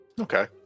Okay